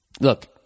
Look